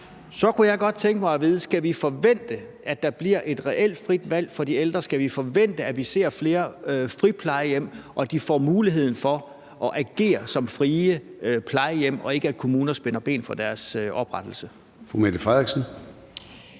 kunne jeg godt tænke mig at vide: Skal vi forvente, at der bliver et reelt frit valg for de ældre? Skal vi forvente, at vi ser flere friplejehjem, og at de får muligheden for at agere som frie plejehjem, og at kommunerne ikke spænder ben for deres oprettelse? Kl. 13:12 Formanden